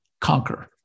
conquer